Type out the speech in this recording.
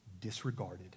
disregarded